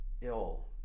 ill